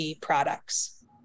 products